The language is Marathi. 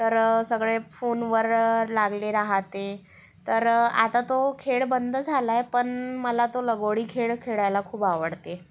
तर सगळे फोनवर लागले राहते तर आता तो खेळ बंद झालाय पण मला तो लगोरी खेळ खेळायला खूप आवडते